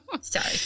sorry